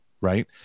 right